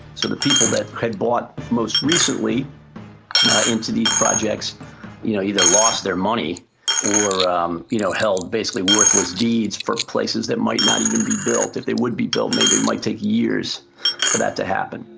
so the people that had bought most recently into these projects you know either lost their money or um you know held basically worthless deeds for places that might not even be built. if they would be built maybe it might take years for that to happen.